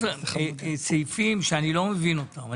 יש פה סעיפים שאני לא מבין אותם.